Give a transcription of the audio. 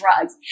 drugs